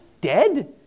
Dead